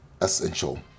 essential